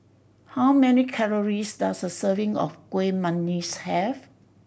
how many calories does a serving of Kuih Manggis have